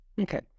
Okay